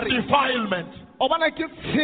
defilement